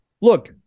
look